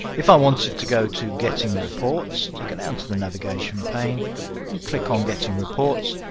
if i wanted to go to getting reports, i go down to the navigation pane and click on getting reports,